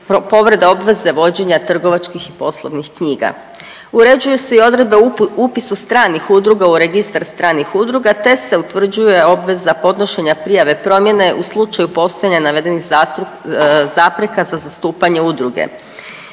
povreda obveza vođenja trgovačkih i poslovnih knjiga. Uređuju se i odredbe upisa stranih udruga u Registar stranih udruga te se utvrđuje obveza podnošenja prijava promjene u slučaju postojanja navedenih zapreka za zastupanje udruge.